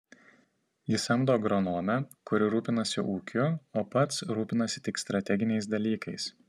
jis samdo agronomę kuri rūpinasi ūkiu o pats rūpinasi tik strateginiais dalykais